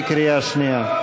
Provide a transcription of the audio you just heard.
בקריאה שנייה.